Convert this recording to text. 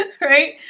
right